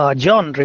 ah john,